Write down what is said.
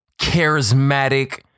charismatic